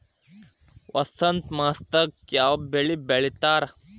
ವಸಂತ ಮಾಸದಾಗ್ ಯಾವ ಬೆಳಿ ಬೆಳಿತಾರ?